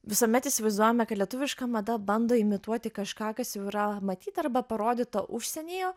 visuomet įsivaizduojame kad lietuviška mada bando imituoti kažką kas jau yra matyta arba parodyta užsienyje